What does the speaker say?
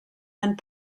and